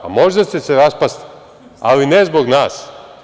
Pa možda će se raspasti, ali ne zbog nas.